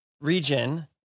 region